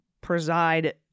preside